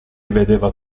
vedeva